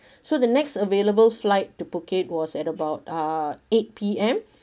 so the next available flight to phuket was at about uh eight P_M